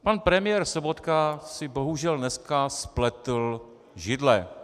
Pan premiér Sobotka si bohužel dneska spletl židle.